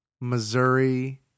Missouri